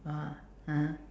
!wah! (uh huh)